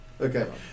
Okay